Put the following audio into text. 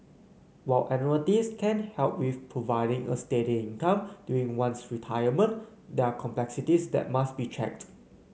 while annuities can help with providing a steady income during one's retirement there are complexities that must be checked